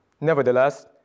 Nevertheless